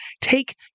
take